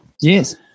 Yes